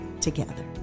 together